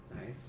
Nice